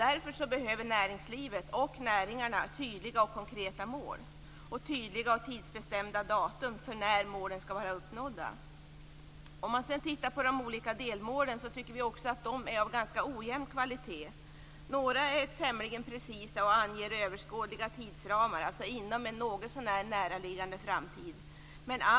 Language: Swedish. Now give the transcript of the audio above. Därför behöver näringslivet och näringarna tydliga och konkreta mål samt tydliga och tidsbestämda datum för när målen skall vara uppnådda. Om man sedan tittar på de olika delmålen är dessa av ganska ojämn kvalitet. Några är tämligen precisa och anger överskådliga tidsramar, dvs. inom en något så när näraliggande framtid.